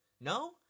No